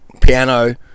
piano